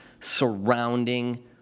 surrounding